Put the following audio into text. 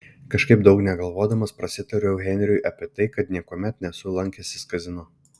kažkaip daug negalvodamas prasitariau henriui apie tai kad niekuomet nesu lankęsis kazino